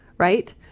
right